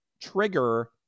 trigger